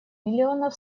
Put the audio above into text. миллионов